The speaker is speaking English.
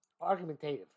argumentative